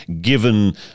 given